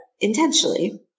intentionally